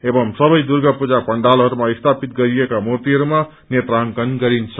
एवं सबै दुर्गा पू पएडालहरूमा स्थापित गरिएका मूर्तिहरूमा नेत्राकंन गरिन्छ